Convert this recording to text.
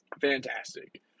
fantastic